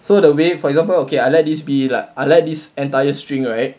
so the way for example okay I let this be like ah like this entire string right